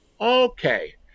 Okay